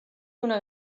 una